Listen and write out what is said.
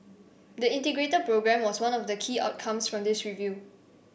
the Integrated Programme was one of the key outcomes from this review